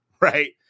right